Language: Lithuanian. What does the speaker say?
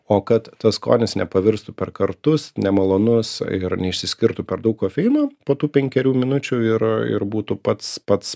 o kad tas skonis nepavirstų per kartus nemalonus ir neišsiskirtų per daug kofeino po tų penkerių minučių ir ir būtų pats pats